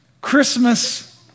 Christmas